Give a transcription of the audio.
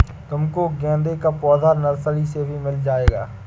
तुमको गेंदे का पौधा नर्सरी से भी मिल जाएगा